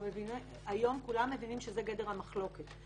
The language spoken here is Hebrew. והיום כולם מבינים שזה גדר המחלוקת.